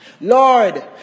Lord